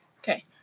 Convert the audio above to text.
Okay